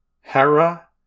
Hera